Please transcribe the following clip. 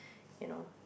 you know